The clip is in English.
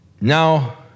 Now